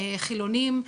חילונים,